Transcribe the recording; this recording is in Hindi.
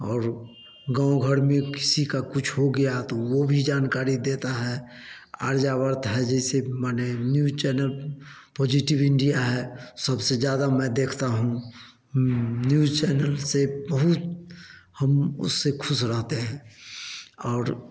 और गाँव घर में किसी का कुछ हो गया तो वो भी जानकारी देता है अर्जाव्रत है जैसे मैंने न्यूज़ चैनल पॉजिटिव इंडिया है सबसे ज्यादा मैं देखता हूँ न्यूज़ चैनल से बहुत हम उससे खुश रहते हैं और